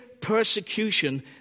persecution